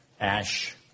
ash